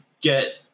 get